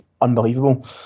unbelievable